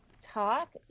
Talk